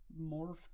morphed